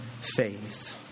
faith